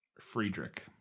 Friedrich